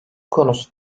konusu